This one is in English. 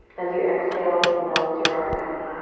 as you exhale, melt your heart down.